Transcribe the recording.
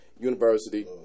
University